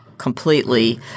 completely